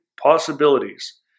possibilities